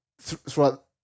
throughout